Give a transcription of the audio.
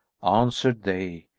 answered they,